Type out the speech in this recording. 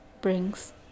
brings